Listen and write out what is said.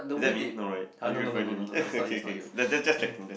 is that me no right are you referring to me okay okay ju~ just checking just